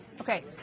Okay